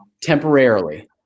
temporarily